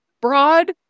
broad